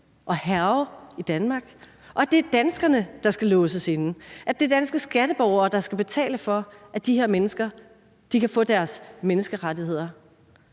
og hærge i Danmark, og at det er danskerne, der skal låses inde, at det er danske skatteborgere, der skal betale for, at de her mennesker kan få deres menneskerettigheder.